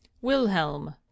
Wilhelm